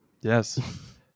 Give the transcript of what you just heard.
Yes